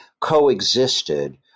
coexisted